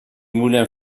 moulin